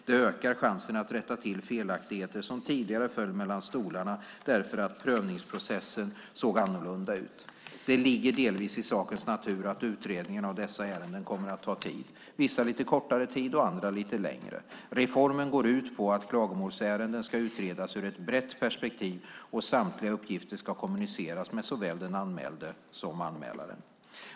Det ökar chansen att rätta till felaktigheter som tidigare föll mellan stolarna därför att prövningsprocessen såg annorlunda ut. Det ligger delvis i sakens natur att utredningen av dessa ärenden kommer att ta tid, vissa lite kortare tid och andra lite längre. Reformen går ut på att klagomålsärenden ska utredas ur ett brett perspektiv och att samtliga uppgifter ska kommuniceras med såväl den anmälde som anmälaren.